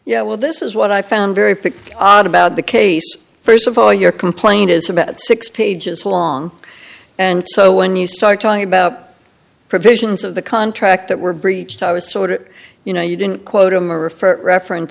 yeah well this is what i found very picky about the case first of all your complaint is about six pages long and so when you start talking about provisions of the contract that were breached i was sort of you know you didn't quote them or refer reference